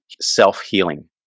self-healing